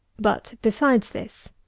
but, besides this,